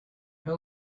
how